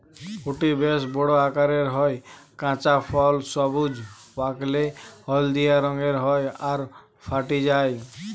ফুটি বেশ বড় আকারের হয়, কাঁচা ফল সবুজ, পাকলে হলদিয়া রঙের হয় আর ফাটি যায়